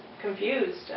confused